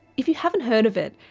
if you haven't heard of it,